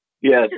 Yes